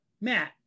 Matt